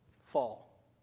fall